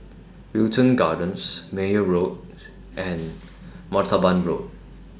Wilton Gardens Meyer Road and Martaban Road